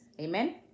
Amen